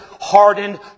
hardened